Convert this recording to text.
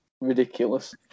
Ridiculous